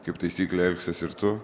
kaip taisyklė elgsies ir tu